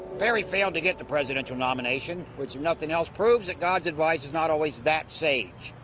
perry failed to get the presidential nomination which, if nothing else, proves that god's advice is not always that sage.